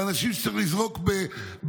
על אנשים שצריך לזרוק במריצות.